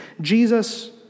Jesus